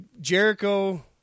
Jericho